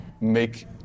make